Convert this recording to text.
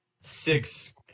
Six